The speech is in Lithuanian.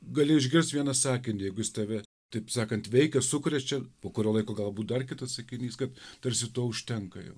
gali išgirst vieną sakinį jeigu jis tave taip sakant veikia sukrečia po kurio laiko galbūt dar kitas sakinys kad tarsi to užtenka jau